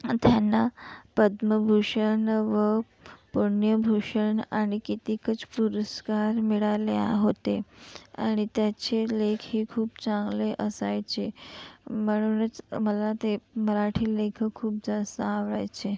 अन त्यांना पद्मभूषण व पुण्यभूषण आणि कितीकच पुरस्कार मिळाले होते आणि त्यांचे लेखही खूप चांगले असायचे म्हणूनच मला ते मराठी लेखक खूप जास्त आवडायचे